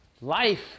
life